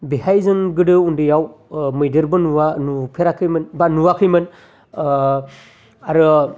बेहाय जों गोदो उन्दैआव मैदेरबो नुवा नुफेराखैमोन बा नुवाखैमोन आरो